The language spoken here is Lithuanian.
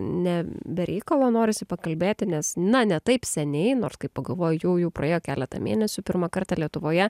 ne be reikalo norisi pakalbėti nes na ne taip seniai nors kai pagalvoji jau jau praėjo keleta mėnesių pirmą kartą lietuvoje